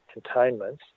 containments